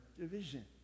division